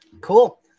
Cool